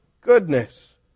goodness